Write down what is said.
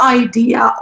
idea